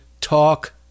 talk